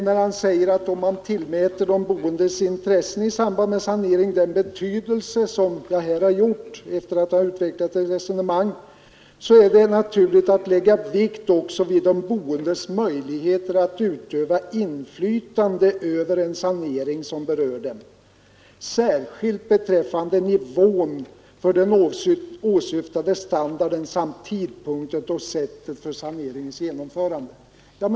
Där sägs att om man tillmäter de boendes intressen i samband med sanering den betydelse som jag här har gjort efter att ha utvecklat mitt resonemang är det naturligt att lägga vikt också vid de boendes möjligheter att utöva inflytande över en sanering som berör dem, särskilt beträffande nivån för den åsyftade standarden samt tidpunkten och sättet för saneringens genomförande.